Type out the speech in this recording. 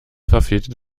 verfehlte